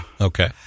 Okay